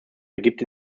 ergibt